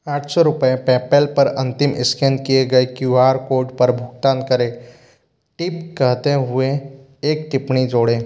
आठ सौ रुपये पेपैल पर अंतिम स्कैन किए गए क्यू आर कोड पर भुगतान करें टिप कहते हुए एक टिप्पणी जोड़ें